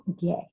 gay